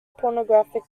pornographic